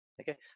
okay